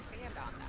and